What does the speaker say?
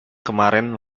kemarin